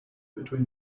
between